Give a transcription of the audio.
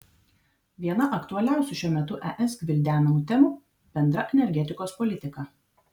viena aktualiausių šiuo metu es gvildenamų temų bendra energetikos politika